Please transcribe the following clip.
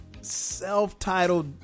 Self-titled